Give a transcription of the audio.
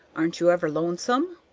aren't you ever lonesome?